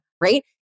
right